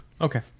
okay